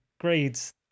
grades